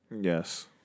Yes